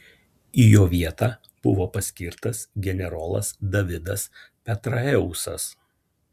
į jo vietą buvo paskirtas generolas davidas petraeusas